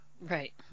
right